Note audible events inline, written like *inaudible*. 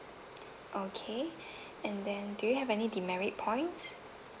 okay *breath* and then do you have any demerit points